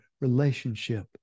relationship